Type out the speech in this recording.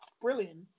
Brilliant